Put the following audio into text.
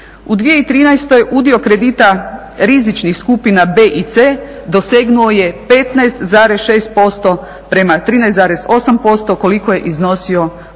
U 2013. udio kredita rizičnih skupina B i C dosegnuo je 15,6% prema 13,8% koliko je iznosio u 2012.